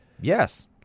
Yes